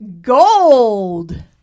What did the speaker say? Gold